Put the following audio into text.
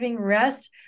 rest